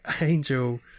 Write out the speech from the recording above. angel